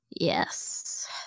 Yes